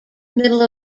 middle